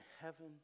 heaven